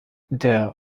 der